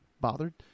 bothered